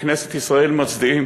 בכנסת ישראל מצדיעים.